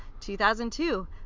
2002